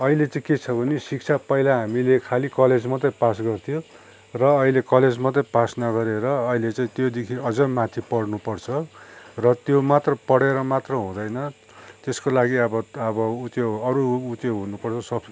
अहिले चाहिँ के छ भने शिक्षा पहिला हामीले खालि कलेज मात्रै पास गर्थ्यो र अहिले कलेज मात्रै पास नगरेर अहिले चाहिँ त्योदेखि अझै माथि पढ्नु पर्छ र त्यो मात्र पढेर मात्र हुँदैन त्यसको लागि अब अबऊ त्यो अरू ऊ त्यो हुनुपर्छ